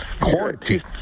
quarantine